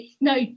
No